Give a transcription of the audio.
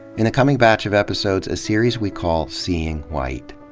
in the coming batch of episodes, a series we call seeing white.